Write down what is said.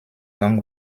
long